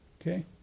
okay